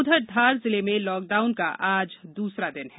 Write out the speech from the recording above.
उधर धार जिले में लॉकडाउन का आज दूसरा दिन है